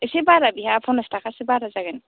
एसे बारा बेहा पनसास थाखासो बाराजागोन